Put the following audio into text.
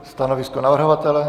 Stanovisko navrhovatele?